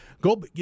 Go